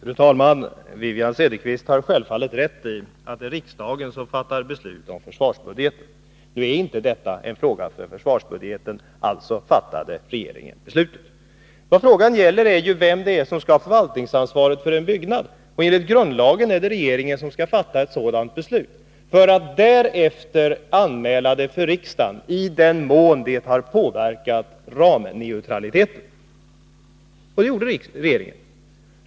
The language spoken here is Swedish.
Fru talman! Wivi-Anne Cederqvist har självfallet rätt i att det är riksdagen som fattar beslut om försvarsbudgeten. Nu är inte detta en fråga för försvarsbudgeten. Alltså fattade regeringen beslutet. Vad frågan gäller är ju vem som skall ha förvaltningsansvaret för en byggnad. Enligt grundlagen är det regeringen som skall fatta ett sådant beslut, för att därefter anmäla det för riksdagen i den mån det har påverkat ramneutraliteten. Det gjorde regeringen.